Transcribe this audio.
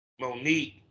monique